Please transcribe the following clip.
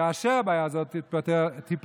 כאשר הבעיה הזאת תיפתר,